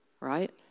right